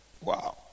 Wow